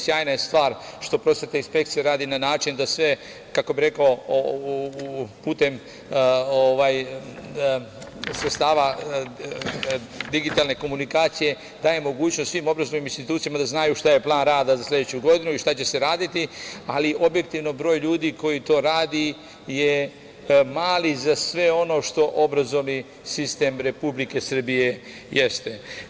Sjajna je stvar što prosvetna inspekcija radi na način da sve, kako bi rekao, putem sredstava digitalne komunikacije daje mogućnost svim obrazovnim institucijama da znaju šta je plan rada za sledeću godinu i šta će se raditi, ali objektivno broj ljudi koji to radi je mali za sve ono što obrazovni sistem Republike Srbije jeste.